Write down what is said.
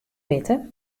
witte